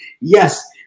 Yes